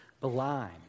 blind